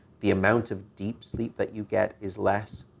the amount of deep sleep that you get is less,